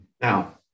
Now